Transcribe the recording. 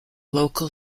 local